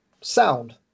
sound